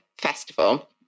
festival